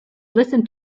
listen